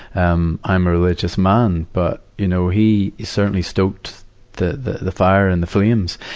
um i'm a religious man, but, you know he certainly stoked the, the the fire and the flames.